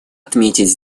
отметить